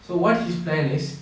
so what his plan is